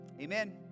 Amen